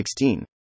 16